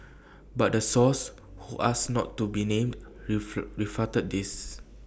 but the source who asked not to be named refuted this